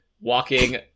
walking